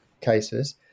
cases